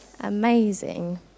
Amazing